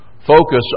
focus